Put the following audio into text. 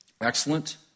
excellent